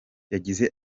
yagize